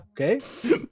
okay